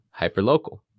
hyperlocal